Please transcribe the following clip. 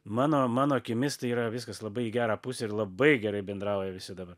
mano mano akimis tai yra viskas labai į gerą pusę ir labai gerai bendrauja visi dabar